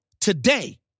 today